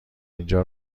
اینجا